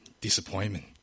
Disappointment